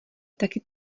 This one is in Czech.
taky